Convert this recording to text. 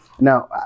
Now